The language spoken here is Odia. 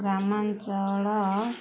ଗ୍ରାମାଞ୍ଚଳ